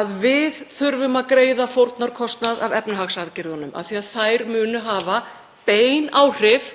að við þurfum að greiða fórnarkostnað af efnahagsaðgerðunum af því að þær munu hafa bein áhrif